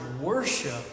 worship